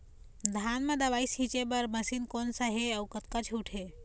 धान म दवई छींचे बर मशीन कोन सा हे अउ कतका छूट हे?